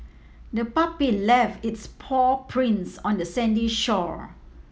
the puppy left its paw prints on the sandy shore